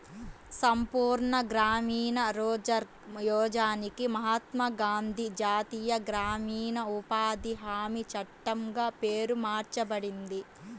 సంపూర్ణ గ్రామీణ రోజ్గార్ యోజనకి మహాత్మా గాంధీ జాతీయ గ్రామీణ ఉపాధి హామీ చట్టంగా పేరు మార్చబడింది